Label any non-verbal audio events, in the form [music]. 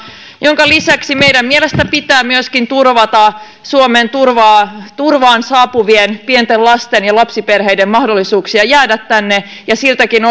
lisäksi meidän mielestämme pitää myöskin turvata suomeen turvaan saapuvien pienten lasten ja lapsiperheiden mahdollisuuksia jäädä tänne siltäkin [unintelligible]